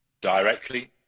directly